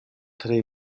tre